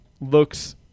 looks